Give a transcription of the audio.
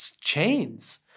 chains